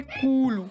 cool